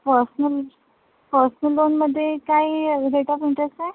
personal personal लोनमध्ये काय rate of interest आहे